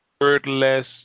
wordless